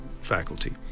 faculty